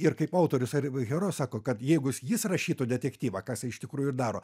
ir kaip autorius ar herojus sako kad jeigu jis rašytų detektyvą ką jis iš tikrųjų ir daro